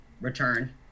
return